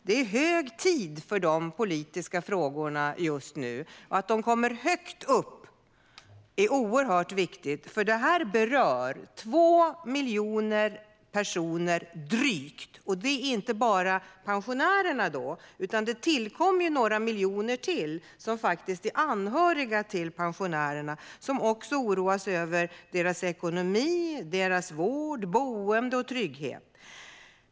Det är hög tid att dessa politiska frågor kommer högt upp på agendan. De berör drygt 2 miljoner personer. Det handlar inte bara om pensionärerna, utan där tillkommer några miljoner till. Det är de anhöriga till pensionärerna, som också oroar sig för deras ekonomi, vård, boende och trygghet.